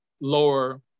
lower